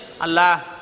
Allah